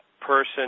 person